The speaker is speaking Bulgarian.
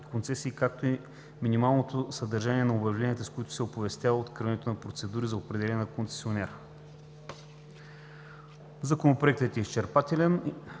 концесии, както и минималното съдържание на обявленията, с които се оповестява откриването на процедура за определяне на концесионера. Законопроектът е изчерпателен